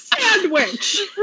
Sandwich